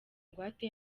ingwate